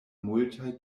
multaj